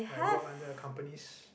like work under the companies